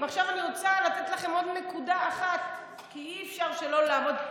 עכשיו אני רוצה לתת לכם עוד נקודה אחת כי אי-אפשר שלא לעמוד,